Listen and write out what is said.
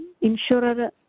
insurer